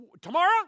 tomorrow